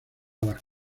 las